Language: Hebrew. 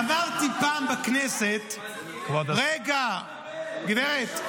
אמרתי פעם בכנסת ------ רגע, גברת.